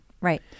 Right